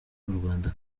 rwanda